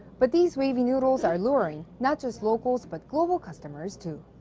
but these wavy noodles are luring not just locals, but global customers too.